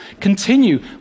continue